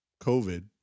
covid